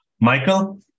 Michael